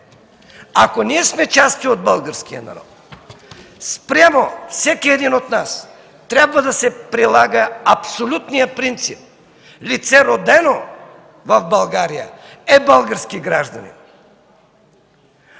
Ако ние сме част от българския народ спрямо всеки един от нас трябва да се прилага абсолютният принцип „лице, родено в България, е български гражданин”.